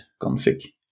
config